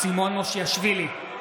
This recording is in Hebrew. (קורא בשמות חברי הכנסת)